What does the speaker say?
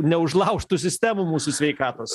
neužlaužtų sistemų mūsų sveikatos